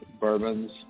bourbons